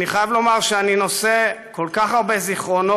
אני חייב לומר שאני נושא כל כך הרבה זיכרונות